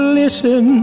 listen